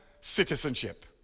citizenship